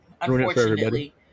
Unfortunately